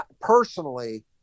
personally –